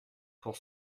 pour